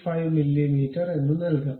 5 millimetre എന്ന് നൽകാം